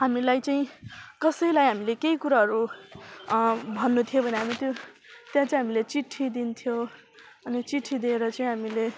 हामीलाई चाहिँ कसैलाई हामीले केही कुराहरू भन्नु थियो भने हामी त्यो त्यहाँ चाहिँ हामीले चिठी दिन्थ्यो अन्त चिठी दिएर चाहिँ हामीले